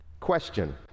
Question